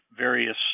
various